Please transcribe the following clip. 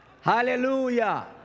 Hallelujah